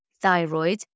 thyroid